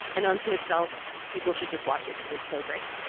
and unto itself, people should just watch it cause it's so great.